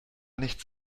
nichts